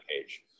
page